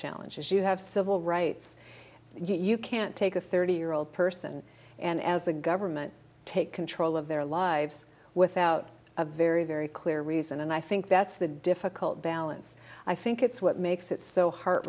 challenges you have civil rights you can't take a thirty year old person and as a government take control of their lives without a very very clear reason and i think that's the difficult balance i think it's what makes it so heart